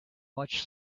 much